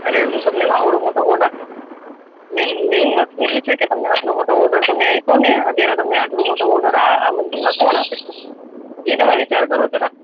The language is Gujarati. તમને આવડો મોટો ઓર્ડર મેઈન વસ્તુ એ છે કે તમને આટલો મોટો ઓર્ડર તો આપ્યો ને આટલો મોટો ઓર્ડર આ મંદિમાં કોણ આપે એ તમે વિચાર કરો જારા